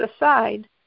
aside